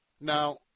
Now